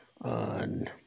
on